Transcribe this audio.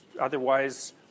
otherwise